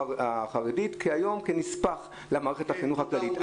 החרדית כי היום היא כנספח למערכת החינוך הכללית.